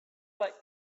like